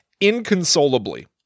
inconsolably